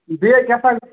بیٚیہِ کیٛاہ سا